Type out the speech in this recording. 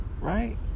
right